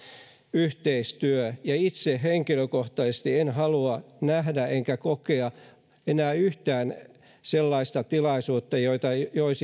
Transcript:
yhteistyö itse henkilökohtaisesti en halua nähdä enkä kokea enää yhtään sellaista tilaisuutta joita